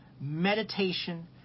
meditation